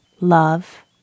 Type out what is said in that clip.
love